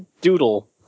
doodle